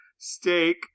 steak